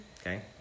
Okay